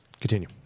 Continue